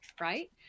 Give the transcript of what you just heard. right